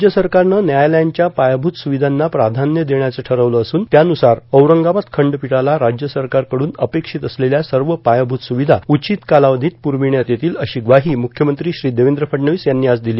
राज्य सरकारनं न्यायालयांच्या पायाभूत सुविधांना प्राधान्य देण्याचं ठरवलं असून त्याव्रसार औरंगाबाद खंडपीठाला राज्य सरकारकडून अपेक्षित असलेल्या सर्व पायाभूत स्रविधा उचित कालावधीत पुरविण्यात येतील अशी ग्वाही मुख्यमंत्री श्री देवेंद्र फडणवीस यांनी आज दिली